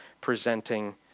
presenting